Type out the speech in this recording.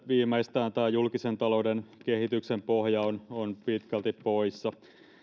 viimeistään tämä julkisen talouden kehityksen pohja on on pitkälti poissa